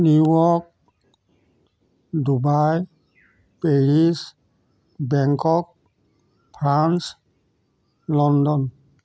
New York Dubai Paris Bangkok France London